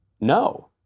No